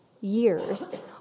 years